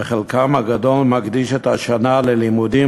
וחלקם הגדול מקדישים את השנה ללימודים